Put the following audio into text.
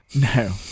no